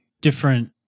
different